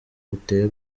buteye